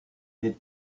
est